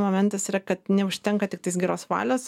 momentas yra kad neužtenka tiktais geros valios